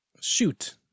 Shoot